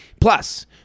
Plus